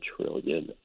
trillion